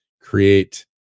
create